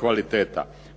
kvaliteta.